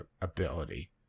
ability